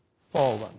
fallen